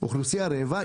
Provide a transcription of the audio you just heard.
אוכלוסייה רעבה,